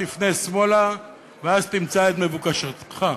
תפנה שמאלה ואז תמצא את מבוקשך.